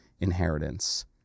inheritance